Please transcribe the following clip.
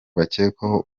bakekwaho